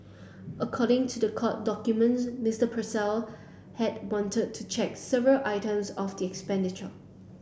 according to the court documents Mister Purcell had wanted to check several items of expenditure